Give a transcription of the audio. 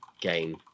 game